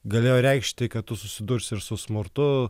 galėjo reikšti kad tu susidursi ir su smurtu